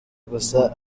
gusa